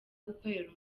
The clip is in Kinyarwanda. gukorera